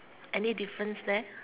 any difference there